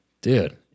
Dude